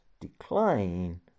decline